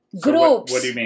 Groups